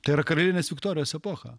tai yra karalienės viktorijos epocha